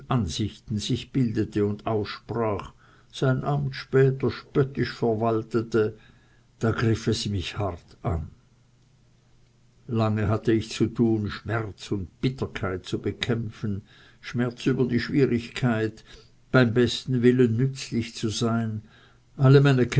ansichten sich bildete und aussprach sein amt später spöttisch verwaltete da griff es mich hart an lange hatte ich zu tun schmerz und bitterkeit zu bekämpfen schmerz über die schwierigkeit beim besten willen nützlich zu sein alle meine